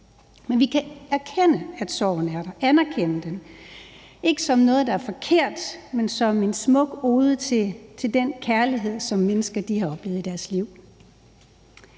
Men vi kan erkende, at sorgen er der, og vi kan anerkende den. Ikke som noget, der er forkert, men som en smuk ode til den kærlighed, som mennesker har oplevet i deres liv.